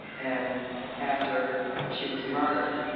and after she was murdered,